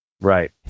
Right